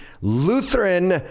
Lutheran